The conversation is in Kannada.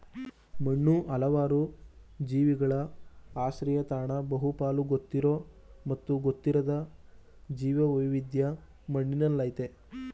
ಮಣ್ಣು ಹಲವು ಜೀವಿಗಳ ಆಶ್ರಯತಾಣ ಬಹುಪಾಲು ಗೊತ್ತಿರೋ ಮತ್ತು ಗೊತ್ತಿರದ ಜೀವವೈವಿಧ್ಯ ಮಣ್ಣಿನಲ್ಲಯ್ತೆ